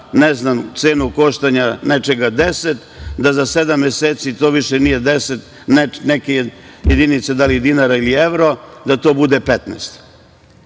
ne znam, cenom koštanja nečega 10, da za sedam meseci to više nije 10 nekih jedinica, da li dinara ili evro, da to bude